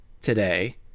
today